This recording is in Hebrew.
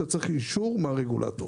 אתה צריך אישור מהרגולטור.